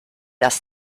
las